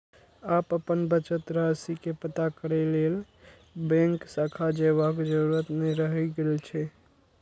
आब अपन बचत राशि के पता करै लेल बैंक शाखा जयबाक जरूरत नै रहि गेल छै